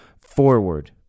forward